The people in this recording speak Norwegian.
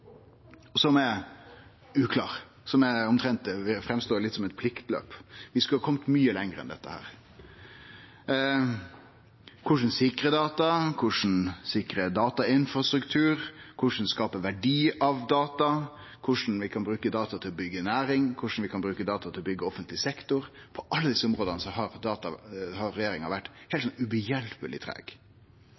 som er uklar, og som verkar litt som eit pliktløp. Vi skulle ha kome mykje lenger enn dette. Korleis sikre data? Korleis sikre datainfrastruktur? Korleis skape verdi av data? Korleis bruke data til å byggje næring? Korleis bruke data til å byggje offentleg sektor? På alle desse områda har regjeringa vore heilt